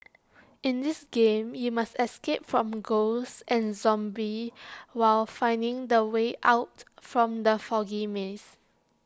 in this game you must escape from ghosts and zombies while finding the way out from the foggy maze